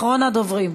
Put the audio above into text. אחרון הדוברים.